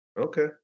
Okay